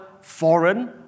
foreign